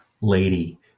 lady